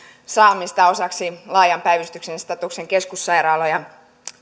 saamisesta osaksi laajan päivystyksen statuksen keskussairaaloja